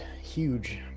huge